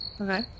okay